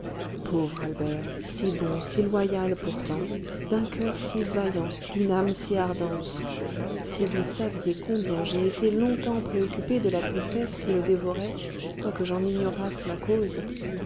pauvre albert si bon si loyal pourtant d'un coeur si vaillant d'une âme si ardente si vous saviez combien j'ai été longtemps préoccupé de la tristesse qui le dévorait quoique j'en ignorasse la cause